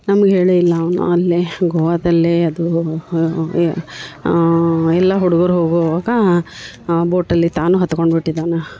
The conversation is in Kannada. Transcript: ನಮ್ಗೆ ಹೇಳೇ ಇಲ್ಲ ಅವನು ಅಲ್ಲಿ ಗೋವಾದಲ್ಲಿ ಅದು ಯ ಎಲ್ಲ ಹುಡ್ಗರು ಹೋಗುವಾಗ ಬೋಟಲ್ಲಿ ತಾನೂ ಹತ್ಕೊಂಡು ಬಿಟ್ಟಿದ್ದಾನೆ